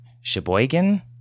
Sheboygan